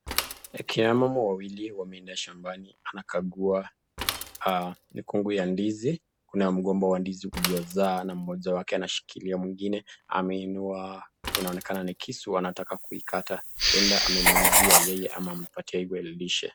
Akina mama wawili wameenda shambani. Anakagua mikungu ya ndizi. Kuna mgomba wa ndizi uliozaa na mmoja wake anashikilia mwingine ameinua inaonekana ni kisu anataka kuikata. Huenda amemuuzia yeye ama amempatia yeye lishe.